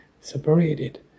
separated